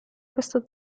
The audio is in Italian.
questa